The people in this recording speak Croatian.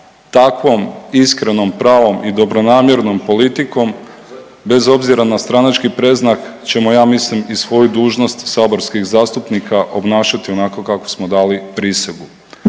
takvom iskrenom, pravom i dobronamjernom politikom bez obzira na stranački predznak ćemo ja mislim i svoju dužnost saborskih zastupnika obnašati onako kako smo dali prisegu.